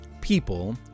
people